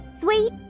Sweet